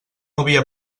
havia